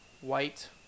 white